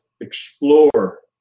explore